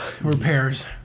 Repairs